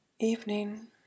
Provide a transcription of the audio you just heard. Evening